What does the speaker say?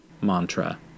Mantra